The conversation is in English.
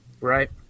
Right